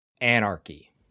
anarchy